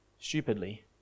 stupidly